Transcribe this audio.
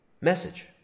message